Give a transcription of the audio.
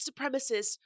supremacists